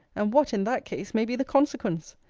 and what, in that case, may be the consequence!